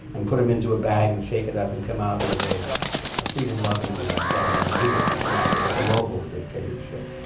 and put them into a bag and shake it up and come out with. a a freedom loving governmental unit. you come out with a global dictatorship.